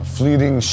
fleeting